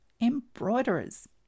embroiderers